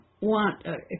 want